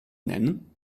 nennen